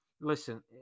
listen